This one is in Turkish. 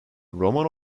roman